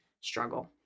struggle